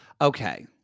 Okay